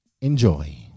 Enjoy